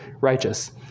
righteous